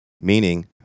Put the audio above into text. meaning